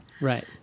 Right